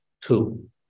two